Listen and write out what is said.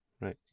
right